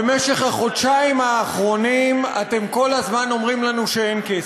במשך החודשיים האחרונים אתם כל זמן אומרים לנו שאין כסף,